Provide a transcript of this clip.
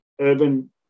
urban